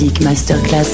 Masterclass